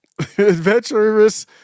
Adventurous